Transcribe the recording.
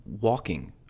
walking